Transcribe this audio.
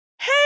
Hey